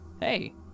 Hey